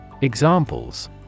Examples